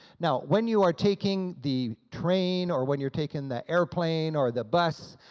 now when you are taking the train, or when you're taking the airplane, or the bus,